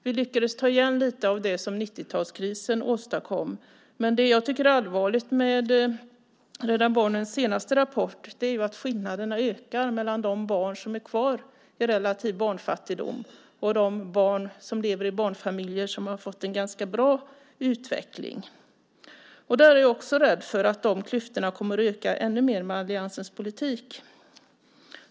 Vi lyckades ta igen lite av det som 90-talskrisen åstadkom. Men det jag tycker är allvarligt med Rädda Barnens senaste rapport är att skillnaderna ökar mellan de barn som är kvar i relativ barnfattigdom och de barn som lever i familjer som har fått en ganska bra utveckling. Jag är också rädd för att de klyftorna kommer att öka ännu mer med alliansens politik.